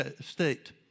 state